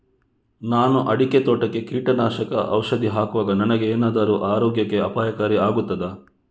ನಾನು ಅಡಿಕೆ ತೋಟಕ್ಕೆ ಕೀಟನಾಶಕ ಔಷಧಿ ಹಾಕುವಾಗ ನನಗೆ ಏನಾದರೂ ಆರೋಗ್ಯಕ್ಕೆ ಅಪಾಯಕಾರಿ ಆಗುತ್ತದಾ?